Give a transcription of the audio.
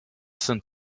sind